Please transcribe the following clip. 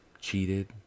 Cheated